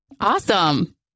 Awesome